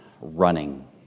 running